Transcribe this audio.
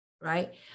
right